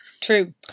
True